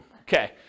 okay